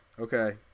Okay